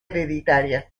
hereditaria